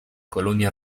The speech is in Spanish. colonia